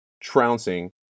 trouncing